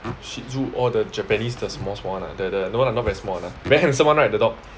shih tzu all the japanese the small small one ah the the no lah not very small one lah very handsome one right the dog